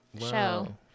show